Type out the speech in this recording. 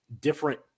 different